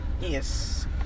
Yes